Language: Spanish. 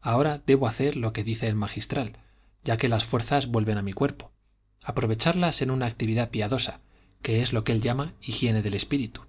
ahora debo hacer lo que dice el magistral ya que las fuerzas vuelven a mi cuerpo aprovecharlas en una actividad piadosa que es lo que él llama higiene del espíritu